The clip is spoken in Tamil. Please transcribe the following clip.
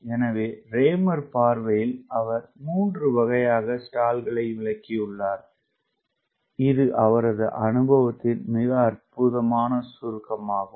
எனவே Raymer பார்வையில் அவர் 3 வகையான ஸ்டால்களை விளக்கியுள்ளார் இது அவரது அனுபவத்தின் மிக அற்புதமான சுருக்கமாகும்